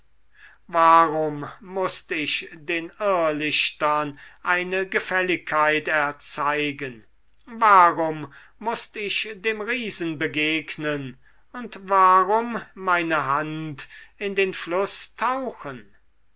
warum mußt ich den irrlichtern eine gefälligkeit erzeigen warum mußt ich dem riesen begegnen und warum meine hand in den fluß tauchen